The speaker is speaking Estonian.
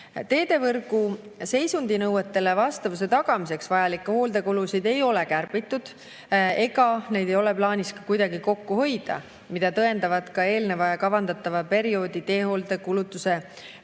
Teedevõrgu seisundi nõuetele vastavuse tagamiseks vajalikke hooldekulusid ei ole kärbitud ega ole plaanis ka kuidagi kokku hoida. Seda tõendavad ka eelneva ja kavandatava perioodi teehooldekulutuse trendid